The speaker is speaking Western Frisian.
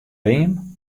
beam